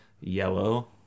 yellow